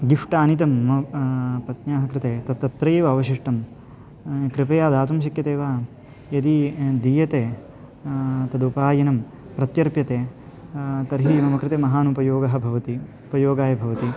gift आनीतं मम पत्न्याः कृते तत् तत्रैव अवशिष्टं कृपया दातुं शक्यते वा यदि दीयते तदुपायनं प्रत्यर्पयते तर्हि मम कृते महान् उपयोगः भवति उपयोगाय भवति